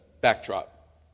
backdrop